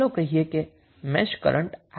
ચાલો કહીએ કે મેશ કરન્ટ 𝑖3 અને 𝑖4 છે